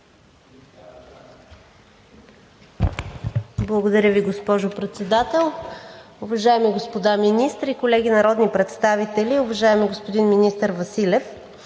Благодаря Ви, госпожо Председател. Уважаеми господа министри, колеги народни представители! Уважаеми господин министър Василев,